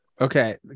Okay